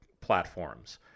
platforms